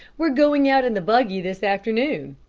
we're going out in the buggy this afternoon,